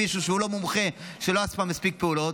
מישהו שהוא לא מומחה ולא עשה מספיק פעולות,